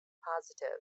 positive